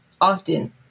often